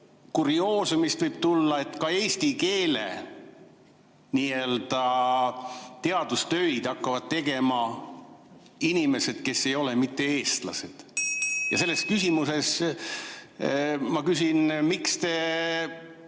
kurioosumist, mis võib tulla, et ka eesti keele n-ö teadustöid hakkavad tegema inimesed, kes ei ole eestlased. Ja sellepärast ma küsin, miks te